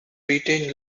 retain